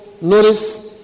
notice